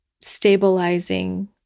stabilizing